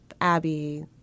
Abby